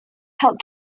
health